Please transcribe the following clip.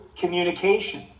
communication